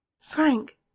Frank